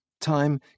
Time